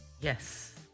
yes